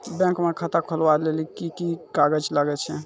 Bank म खाता खोलवाय लेली की की कागज लागै छै?